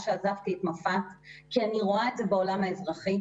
שעזבתי את מפא"ת כי אני רואה את זה בעולם האזרחי,